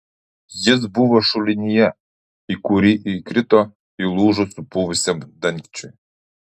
jis buvo šulinyje į kurį įkrito įlūžus supuvusiam dangčiui